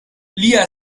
lia